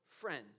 friends